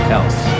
else